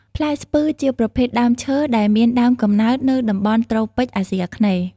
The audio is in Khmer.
ផ្លែ ស្ពឺជាប្រភេទដើមឈើដែលមានដើមកំណើតនៅតំបន់ត្រូពិច អាស៊ីអាគ្នេយ៍ ។